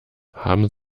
haben